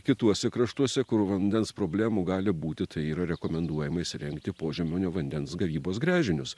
kituose kraštuose kur vandens problemų gali būti tai yra rekomenduojama įsirengti požeminio vandens gavybos gręžinius